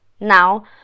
Now